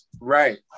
Right